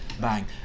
bang